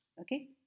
okay